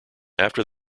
after